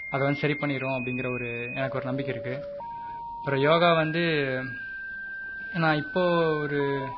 அதை வந்து சரி பண்ணிடும் அப்படிங்கிற ஒரு எனக்கு ஒரு நம்பிக்கை இருக்குது அப்புறம் யோகா வந்து நான் இப்போது ஒரு